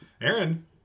aaron